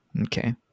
Okay